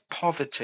poverty